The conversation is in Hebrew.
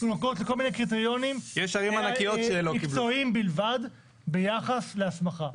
כל מיני קריטריונים מקצועיים בלבד, ביחס להסמכה.